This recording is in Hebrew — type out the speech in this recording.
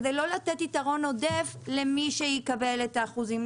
כדי לא לתת יתרון עודף למי שיקבל את האחוזים,